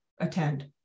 attend